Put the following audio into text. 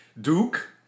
Duke